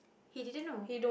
he didn't know